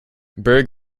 berg